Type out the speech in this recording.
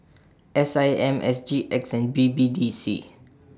S I M S G X and B B D C